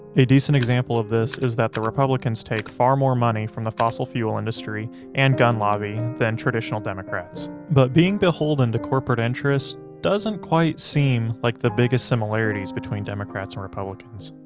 a decent example of this is that the republicans take far more money from the fossil fuel industry and gun lobby than traditional democrats. but, being beholden to corporate interests doesn't quite seem like the biggest similarities between democrats and republicans.